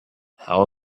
how